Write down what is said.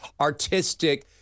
artistic